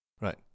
Right